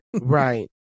Right